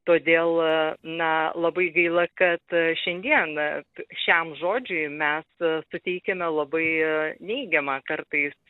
todėl na labai gaila kad šiandien šiam žodžiui mes suteikiame labai neigiamą kartais